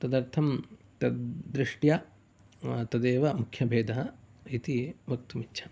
तदर्थं तद्दृष्ट्या तदेव मुख्यभेदः इति वक्तुम् इच्छामि